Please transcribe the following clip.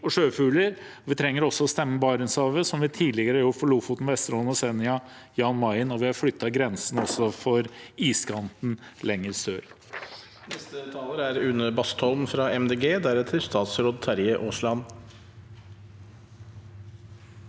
Vi trenger å stenge Barentshavet, som vi tidligere har gjort for Lofoten, Vesterålen, Senja og Jan Mayen. Vi har også flyttet grensen for iskanten lenger sør.